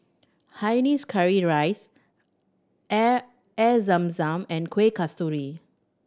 hainanese curry rice air Air Zam Zam and Kueh Kasturi